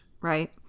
right